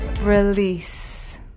release